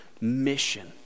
mission